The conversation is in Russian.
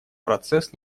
процесс